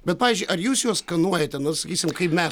bet pavyzdžiui ar jūs juos skanuojate na sakysim kaip mes